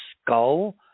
skull